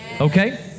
okay